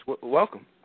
welcome